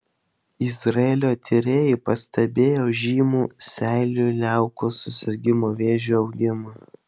izraelio tyrėjai pastebėjo žymų seilių liaukų susirgimo vėžiu augimą